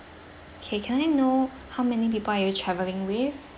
okay can I know how many people are you traveling with